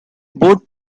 both